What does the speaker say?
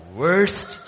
worst